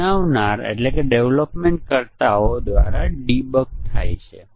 હવે ચાલો big bang integration ના અન્ય પ્રકારો અન્ય પ્રકારના ટેસ્ટીંગ ો જોઈએ